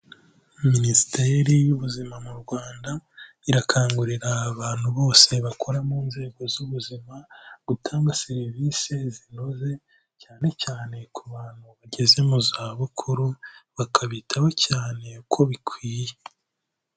Minisiteri y'Ubuzima mu Rwanda irakangurira abantu bose bakora mu nzego z'ubuzima gutanga serivisi zinoze cyane cyane ku bantu bageze mu za bukuru, bakabitaho cyane uko bikwiye.